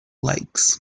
lakes